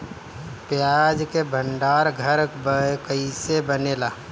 प्याज के भंडार घर कईसे बनेला?